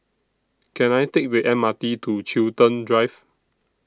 Can I Take The M R T to Chiltern Drive